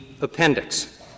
appendix